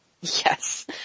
Yes